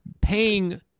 paying